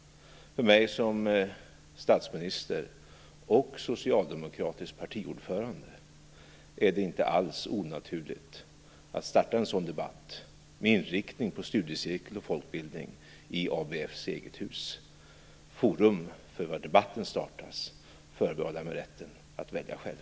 För mig som statsminister och socialdemokratisk partiordförande är det inte alls onaturligt att starta en sådan debatt med inriktning på studiecirkel och folkbildning i ABF:s eget hus. Forum för var debatten startas förbehåller jag mig rätten att välja själv.